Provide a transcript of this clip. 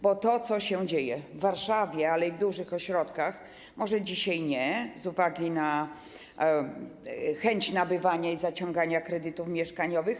Chodzi o to, co się dzieje w Warszawie, ale i w innych dużych ośrodkach - może dzisiaj nie - z uwagi na chęć nabywania i zaciągania kredytów mieszkaniowych.